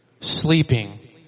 Sleeping